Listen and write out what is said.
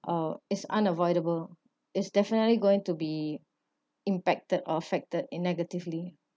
uh it's unavoidable it's definitely going to be impacted or affected in negatively